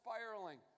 spiraling